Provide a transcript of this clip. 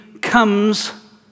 comes